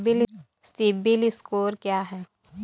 CIBIL score क्या है?